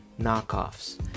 knockoffs